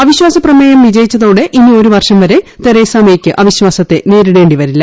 അവിശ്വാസ പ്രമേയം വിജയിച്ചതോടെ ഇനി ഒരു വർഷം വരെ തെരേസ മേയ്ക്ക് അവിശ്വാസത്തെ നേരിടേണ്ടിവരില്ല